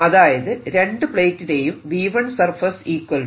അതായത് രണ്ടു പ്ലേറ്റിലെയും V1 surface 0